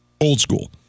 old-school